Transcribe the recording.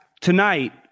tonight